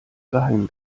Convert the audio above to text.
geheim